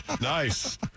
Nice